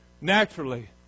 Naturally